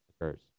occurs